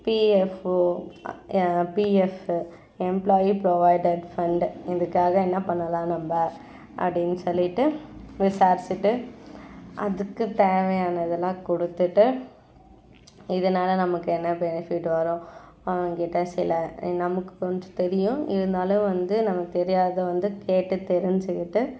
EPFO PF employee provident fund இதுக்காக என்ன பண்ணலாம் நம்ம அப்படின்னு சொல்லிட்டு விசாரிச்சுட்டு அதுக்கு தேவையானதெல்லாம் கொடுத்துட்டு இதனால நமக்கு என்ன பெனிஃபிட் வரும் அவங்கக் கிட்டே சில நமக்கு கொஞ்சம் தெரியும் இருந்தாலும் வந்து நமக்கு தெரியாது வந்து கேட்டு தெரிஞ்சுக்கிட்டு